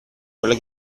quella